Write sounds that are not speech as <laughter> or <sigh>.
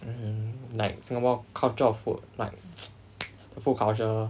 mmhmm like singapore culture of food like <noise> the food culture